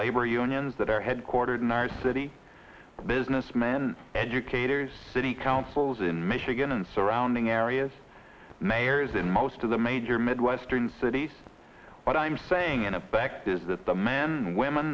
labor unions that are headquartered in our city business man educators city councils in michigan and surrounding areas mayors in most of the major midwestern cities what i'm saying in effect is that the men